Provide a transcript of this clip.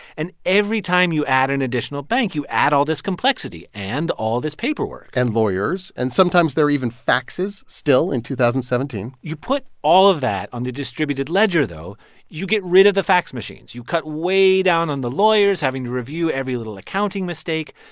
and every time you add an additional bank, you add all this complexity and all this paperwork. and lawyers. and, sometimes, there are even faxes still in two thousand and seventeen point you put all of that on the distributed ledger, though you get rid of the fax machines. you cut way down on the lawyers having to review every little accounting mistake.